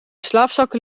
slaapzakken